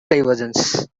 divergence